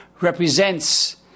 represents